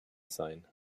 sein